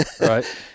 Right